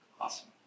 Awesome